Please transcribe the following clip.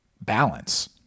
balance